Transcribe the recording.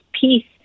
peace